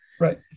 Right